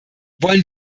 wollen